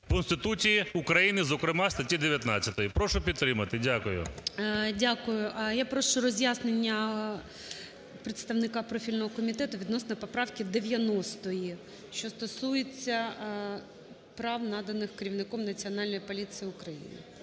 Конституції України, зокрема статті 19. Прошу підтримати. Дякую. ГОЛОВУЮЧИЙ. Дякую. Я прошу роз'яснення представника профільного комітету відносно поправки 90-ї, що стосується прав, наданих керівником Національної поліції України.